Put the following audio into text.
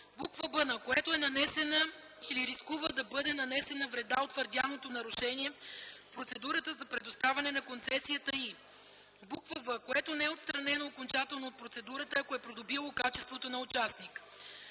б) на което е нанесена или рискува да бъде нанесена вреда от твърдяно нарушение в процедурата за предоставяне на концесията, и в) което не е отстранено окончателно от процедурата, ако е придобило качеството на участник.